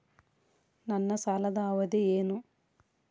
ನನ್ನ ಸಾಲದ ಅವಧಿ ಏನು?